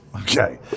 Okay